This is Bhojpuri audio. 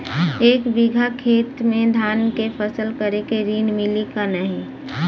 एक बिघा खेत मे धान के फसल करे के ऋण मिली की नाही?